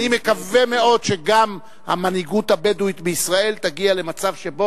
אני מקווה מאוד שגם המנהיגות הבדואית בישראל תגיע למצב שבו